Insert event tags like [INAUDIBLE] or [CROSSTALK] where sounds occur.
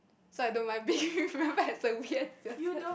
so I don't mind being [LAUGHS] remembered as a weird person